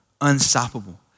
unstoppable